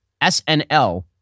SNL